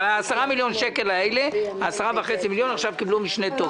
אבל 10.5 מיליון השקלים האלה עכשיו קיבלו משנה תוקף.